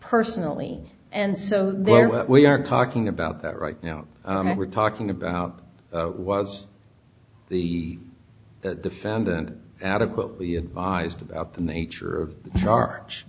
personally and so there we are talking about that right now we're talking about was the defendant adequately advised about the nature of charge